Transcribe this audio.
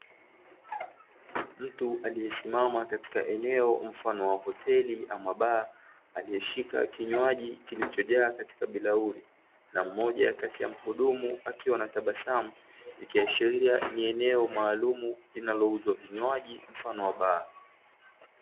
Mtu aliyesimama katika eneo mfano wa hoteli ama baa, aliyeshika kinywaji kilichojaa katika bilauri na moja kati ya wahudumu akiwa anatabasamu, ikiashiria ni eneo maalumu linalouza vinywaji mfano wa baa.